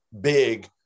big